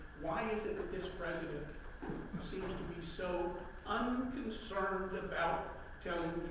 why is it that this president seems to be so unconcerned about telling